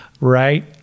right